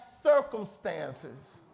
Circumstances